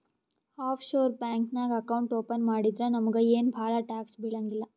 of sure bank ನಾಗ್ account open ಮಾಡಿದ್ರ ನಮುಗ ಏನ್ ಭಾಳ ಟ್ಯಾಕ್ಸ್ ಬೀಳಂಗಿಲ್ಲ